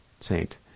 saint